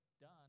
done